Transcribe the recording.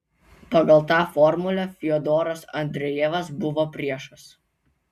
pagal tą formulę fiodoras andrejevas buvo priešas